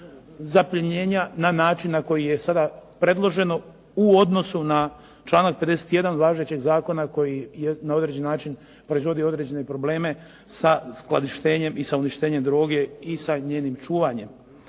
zaplijenjenja na način na koji je sada predloženo u odnosu na članak 51. važećeg zakona koji na određeni način proizvodi određene probleme sa skladištenjem i sa uništenjem droge i sa njenim čuvanjem.